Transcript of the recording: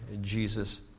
Jesus